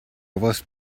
was